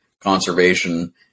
conservation